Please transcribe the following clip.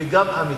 וגם אמיתי,